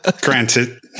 Granted